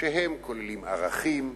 שכוללים ערכים,